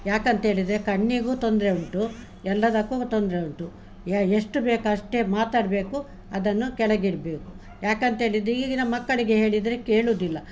ಯಾಕಂತೇಳಿದರೆ ಕಣ್ಣಿಗೂ ತೊಂದರೆ ಉಂಟು ಎಲ್ಲದಕ್ಕೂ ತೊಂದರೆ ಉಂಟು ಯ ಎಷ್ಟು ಬೇಕಷ್ಟೇ ಮಾತಾಡಬೇಕು ಅದನ್ನು ಕೆಳಗಿಡಬೇಕು ಯಾಕಂತೇಳಿದರೆ ಈಗಿನ ಮಕ್ಕಳಿಗೆ ಹೇಳಿದರೆ ಕೇಳುದಿಲ್ಲ